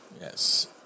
yes